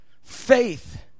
Faith